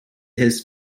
his